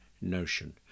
Notion